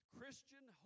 Christian